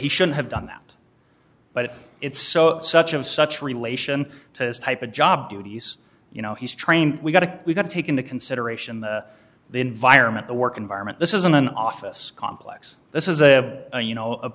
he should have done that but it's so such of such relation to type of job duties you know he's trained we've got to we've got to take into consideration the the environment the work environment this isn't an office complex this is a you know